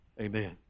Amen